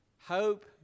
Hope